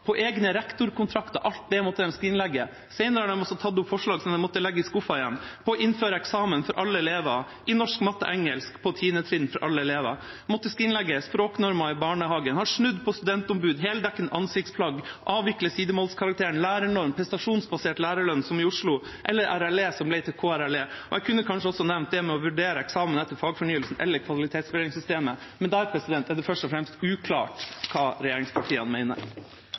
på egne rektorkontrakter. Alt det måtte de skrinlegge. Senere har de også tatt opp forslag de måtte legge i skuffen igjen. Å innføre eksamen for alle elever i norsk, matte og engelsk på tiende trinn måtte skrinlegges, og også språknormen i barnehagen. De har snudd når det gjelder studentombud, heldekkende ansiktsplagg, avvikling av sidemålskarakteren, lærernorm, prestasjonsbasert lærerlønn, som i Oslo, og RLE, som ble til KRLE. Jeg kunne kanskje også nevnt det med å vurdere eksamen etter fagfornyelsen eller kvalitetsvurderingssystemet, men der er det først og fremst uklart hva regjeringspartiene